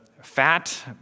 fat